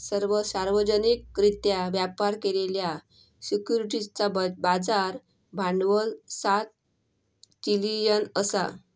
सर्व सार्वजनिकरित्या व्यापार केलेल्या सिक्युरिटीजचा बाजार भांडवल सात ट्रिलियन असा